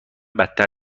بدتر